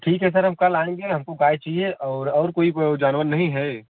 ठीक है सर हम कल आएँगे हमको गाय चाहिए और और कोई को प जानवर नहीं है